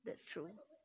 that's true